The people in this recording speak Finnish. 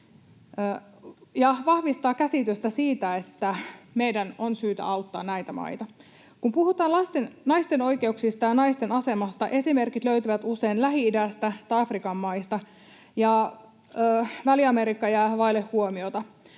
ja vahvistaa käsitystä siitä, että meidän on syytä auttaa näitä maita. Kun puhutaan naisten oikeuksista ja naisten asemasta, esimerkit löytyvät usein Lähi-idästä tai Afrikan maista ja Väli-Amerikka jää vaille huomiota.